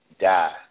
die